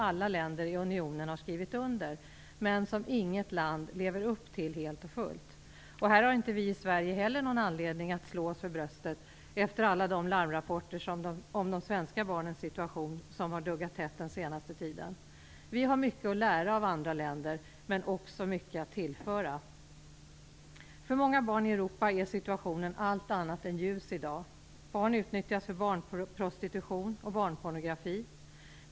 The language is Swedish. Alla länder i unionen har skrivit under detta dokument, men inget land lever helt och fullt upp till det. Inte heller vi i Sverige har i detta avseende någon anledning att slå oss för bröstet med tanke på de larmrapporter om de svenska barnens situation som den senaste tiden har duggat tätt. Vi har mycket att lära av andra länder, men också mycket att tillföra. För många barn i Europa är situationen allt annat än ljus i dag. Barn utnyttjas för barnprostitution och barnpornografi.